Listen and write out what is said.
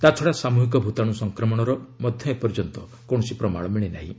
ତା'ଛଡା ସାମୁହିକ ଭୂତାଣୁ ସଂକ୍ରମଣର ମଧ୍ୟ ଏପର୍ଯ୍ୟନ୍ତ କୌଣସି ପ୍ରମାଣ ମିଳିନାହିଁ